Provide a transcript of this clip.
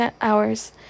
hours